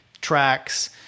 tracks